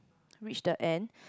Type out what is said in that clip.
reach the end